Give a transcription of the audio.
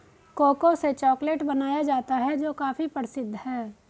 cocoa से chocolate बनाया जाता है जो काफी प्रसिद्ध है